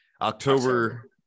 October